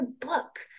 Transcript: book